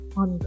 on